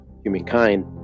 humankind